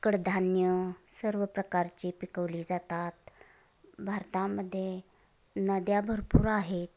कडधान्य सर्व प्रकारचे पिकवले जातात भारतामध्ये नद्या भरपूर आहेत